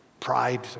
Pride